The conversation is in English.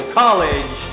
college